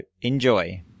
enjoy